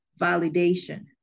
validation